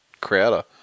crowder